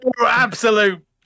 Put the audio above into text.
absolute